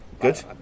Good